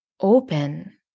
open